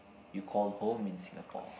you call home in Singapore